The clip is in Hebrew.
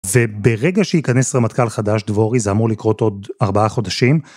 וברגע שהיכנס רמטכ״ל חדש, דבורי, זה אמור לקרות עוד 4 חודשים.